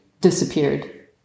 disappeared